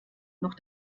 noch